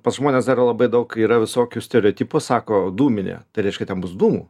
pas žmones dar labai daug yra visokių stereotipų sako dūminė tai reiškia ten bus dūmų